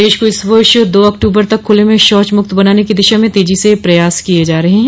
प्रदेश को इस वर्ष दो अक्टूबर तक खुले में शौच मुक्त बनाने की दिशा में तेजी से प्रयास किये जा रहे हैं